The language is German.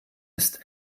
ist